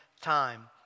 time